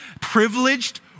privileged